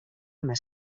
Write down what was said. més